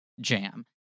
jam